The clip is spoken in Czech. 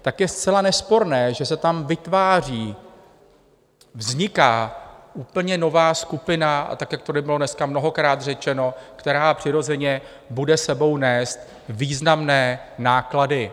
Tak je zcela nesporné, že se tam vytváří, vzniká úplně nová skupina, a tak, jak tady bylo dneska mnohokrát řečeno, která přirozeně bude s sebou nést významné náklady.